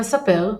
המספר,